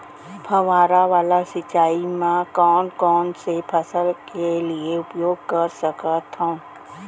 फवारा वाला सिंचाई मैं कोन कोन से फसल के लिए उपयोग कर सकथो?